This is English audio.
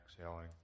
exhaling